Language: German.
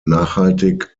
nachhaltig